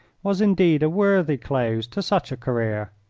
was indeed a worthy close to such a career.